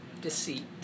deceit